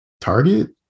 Target